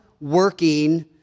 working